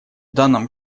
данном